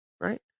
right